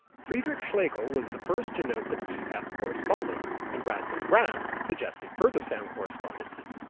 friedrich schlegel was the first to note the p f correspondence, and rasmus rask suggested further sound correspondences,